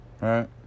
right